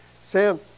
Sam